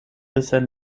bisher